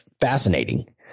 fascinating